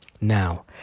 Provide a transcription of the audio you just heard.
Now